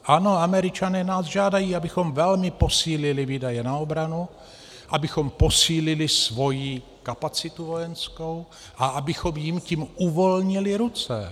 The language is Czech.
Ano, Američané nás žádají, abychom velmi posílili výdaje na obranu, abychom posílili svoji vojenskou kapacitu a abychom jim tím uvolnili ruce.